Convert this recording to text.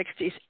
60s